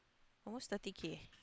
almost thirty K